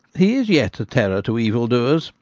he is yet a terror to evil-doers,